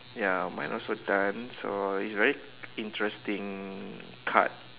ya mine also done so it's very interesting card